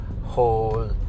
whole